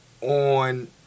on